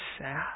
sad